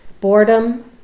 boredom